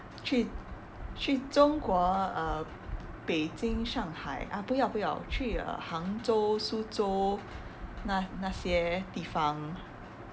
去去中国 uh 北京上海 ah 不要不要去杭州苏州那那些地方